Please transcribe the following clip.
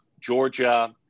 Georgia